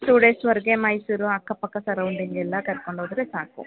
to ಡೇಸ್ವರೆಗೆ ಮೈಸೂರು ಅಕ್ಕಪಕ್ಕ surrounding ಎಲ್ಲ ಕರ್ಕೊಂಡು ಹೋದರೆ ಸಾಕು